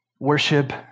Worship